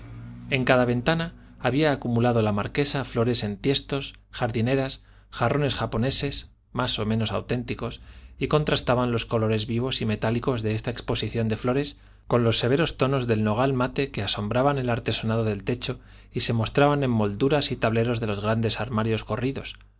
en cada ventana había acumulado la marquesa flores en tiestos jardineras jarrones japoneses más o menos auténticos y contrastaban los colores vivos y metálicos de esta exposición de flores con los severos tonos del nogal mate que asombraban el artesonado del techo y se mostraban en molduras y tableros de los grandes armarios corridos